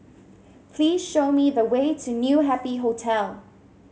please show me the way to New Happy Hotel